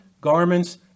garments